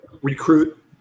Recruit